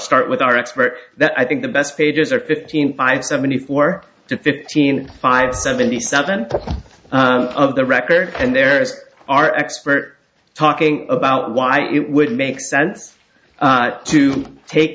start with our expert that i think the best pages are fifteen five seventy four to fifteen five seventy seven of the record and there is our expert talking about why it would make sense to take